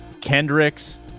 Kendricks